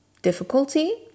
Difficulty